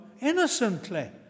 innocently